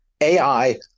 AI